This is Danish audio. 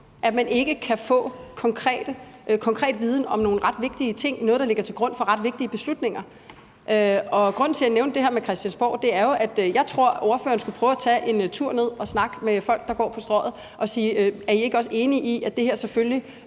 at man ikke kan få konkret viden om nogle ret vigtige ting, noget, der ligger til grund for ret vigtige beslutninger. Grunden til, at jeg nævnte det her med Christiansborgsnak, er jo, at jeg tror, at ordføreren skulle prøve at tage en tur ned og snakke med folk, der går på Strøget, og spørge: Er I ikke også enige i, at det her selvfølgelig